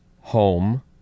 home